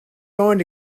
going